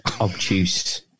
obtuse